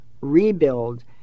rebuild